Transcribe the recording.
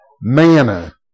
manna